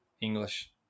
English